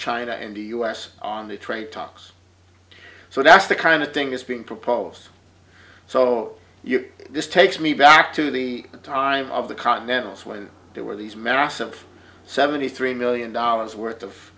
china and the u s on the trade talks so that's the kind of thing is being proposed so you this takes me back to the time of the continentals when there were these massive seventy three million dollars worth of